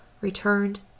returned